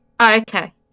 Okay